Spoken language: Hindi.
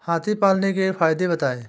हाथी पालने के फायदे बताए?